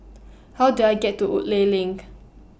How Do I get to Woodleigh LINK